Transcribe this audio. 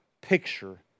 picture